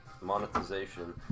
monetization